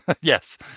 Yes